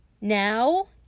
Now